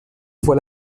fue